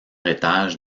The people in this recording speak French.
étage